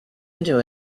into